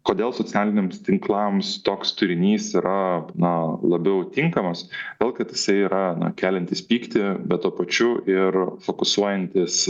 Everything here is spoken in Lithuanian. kodėl socialiniams tinklams toks turinys yra na labiau tinkamas todėl kad jisai yra na keliantis pykti bet tuo pačiu ir fokusuojantis